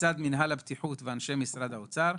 לצד מינהל הבטיחות ואנשי משרד האוצר.